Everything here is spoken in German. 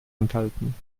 enthalten